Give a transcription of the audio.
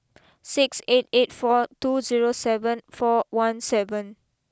six eight eight four two zero seven four one seven